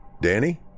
Danny